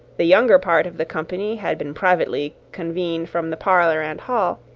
the younger part of the company had been privately convened from the parlour and hall,